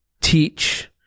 teach